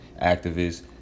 activists